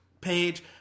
page